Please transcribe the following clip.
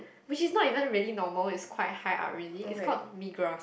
which is not even really normal is quite high up already is called Migros